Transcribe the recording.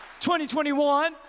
2021